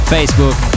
Facebook